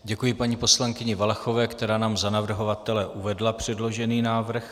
Děkuji paní poslankyni Valachové, která nám za navrhovatele uvedla předložený návrh.